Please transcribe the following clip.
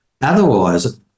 Otherwise